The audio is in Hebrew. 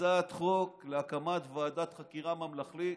הצעת חוק להקמת ועדת חקירה ממלכתית,